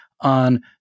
on